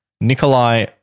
Nikolai